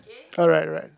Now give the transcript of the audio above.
alright alright